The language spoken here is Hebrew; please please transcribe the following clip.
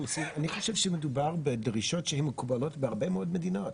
אני חושב שמדובר בדרישות שמקובלות בהרבה מאוד מדינות,